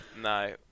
No